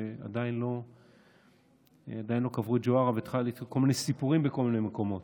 שעדיין לא קברו את ג'והרה והתחילו כל מיני סיפורים בכל מיני מקומות.